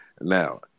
Now